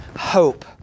hope